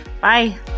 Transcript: Bye